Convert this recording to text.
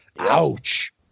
Ouch